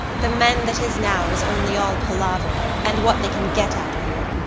the men that is now is only all palaver and what they can get out of you.